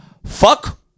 Fuck